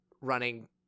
running